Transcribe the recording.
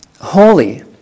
holy